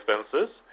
expenses